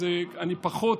אז אני פחות,